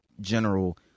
general